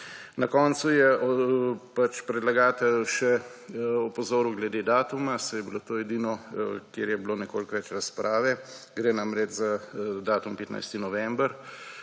Na koncu je predlagatelj še opozoril glede datuma, saj je bilo to edino, kjer je bilo nekoliko več razprave. Gre namreč za datum 15. november,